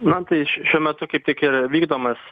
man tai š šiuo metu kaip tik ir vykdomas